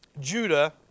Judah